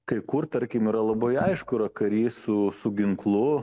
kai kur tarkim yra labai aišku yra karys su su ginklu